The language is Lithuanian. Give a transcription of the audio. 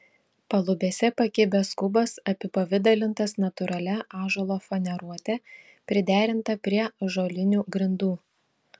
palubėse pakibęs kubas apipavidalintas natūralia ąžuolo faneruote priderinta prie ąžuolinių grindų